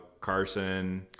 Carson